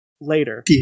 later